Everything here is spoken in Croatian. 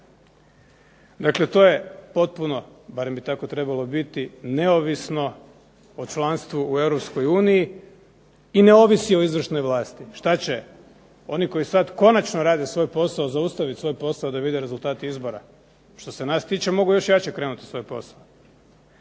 Dakle, to je potpuno barem bi tako trebalo biti neovisno o članstvu u EU i ne ovisi o izvršnoj vlasti, što će oni koji konačno rade svoj posao zaustaviti svoj posao da vide rezultat izbora. Što se nas tiče mogu još jače krenuti u svoj posao.